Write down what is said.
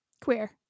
Queer